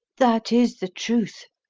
that is the truth,